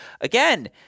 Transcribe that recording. Again